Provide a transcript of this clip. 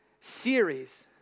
series